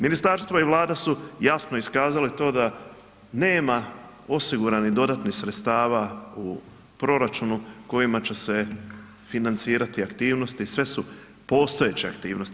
Ministarstvo i Vlada su jasno iskazali to da nema osiguranih dodatnih sredstava u proračunu kojima će se financirati aktivnosti, sve su postojeće aktivnosti.